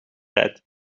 rijdt